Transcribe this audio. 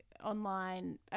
online